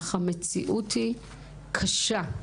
אך המציאות היא קשה.